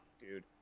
dude